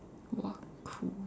!wah! cool